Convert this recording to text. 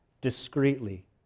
discreetly